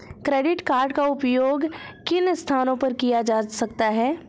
Credit card का उपयोग किन स्थानों पर किया जा सकता है?